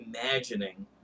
imagining